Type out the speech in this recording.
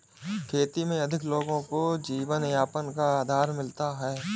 खेती में अधिक लोगों को जीवनयापन का आधार मिलता है